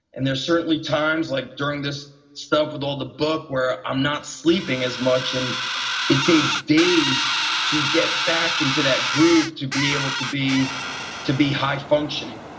and there's certainly times like during this stuff with all the book where i'm not sleeping as much, and it takes days to get back into that groove to be able to be to be high functioning.